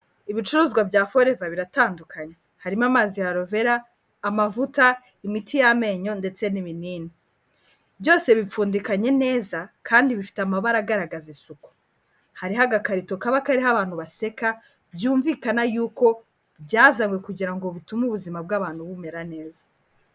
Ibicuruzwa bya Forever biratandukanye. Harimo amazi ya Aloe vera, amavuta, imiti y'amenyo ndetse n'ibinini. Byose bipfundikanye neza kandi bifite amabara agaragaza isuku. Hariho agakarito kaba kariho abantu baseka byumvikana yuko byazanwe kugira ngo bitume ubuzima bw'abantu bumera neza.